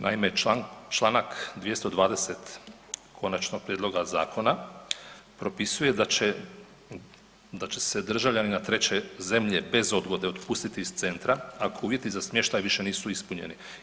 Naime, Članak 220. konačnog prijedloga zakona propisuje da će, da će se državljanina treće zemlje bez odgode otpustiti iz centra ako uvjeti za smještaj više nisu ispunjeni.